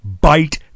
bite